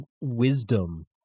wisdom